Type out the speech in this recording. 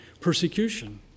persecution